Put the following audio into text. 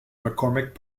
mccormick